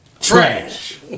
trash